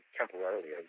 temporarily